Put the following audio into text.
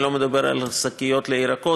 אני לא מדבר על שקיות לירקות,